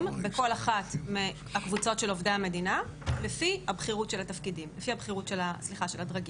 בכל אחת מהקבוצות של עובדי המדינה לפי הבכירות של הדרגים.